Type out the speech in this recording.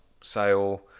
sale